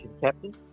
captain